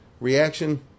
reaction